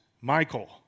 Michael